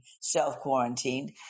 self-quarantined